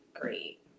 great